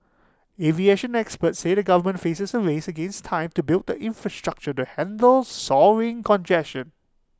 aviation experts say the government faces A race against time to build the infrastructure to handle soaring congestion